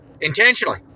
Intentionally